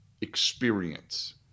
experience